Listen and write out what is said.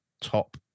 top